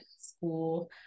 school